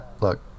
Look